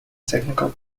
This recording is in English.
technical